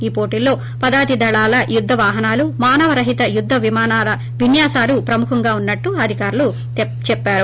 ఈ పోటీల్లో పదాతి దళాల యుద్ద వాహనాలు మానవ రహిత యుద్ద విమానాల విన్యాసాలు ప్రముఖంగా ఉన్నట్లు అధికారులు చెప్పారు